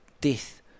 death